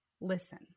listen